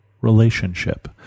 relationship